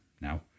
now